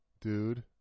dude